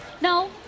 No